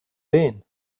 been